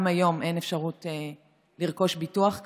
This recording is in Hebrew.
גם היום אין אפשרות לרכוש ביטוח כזה.